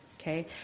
okay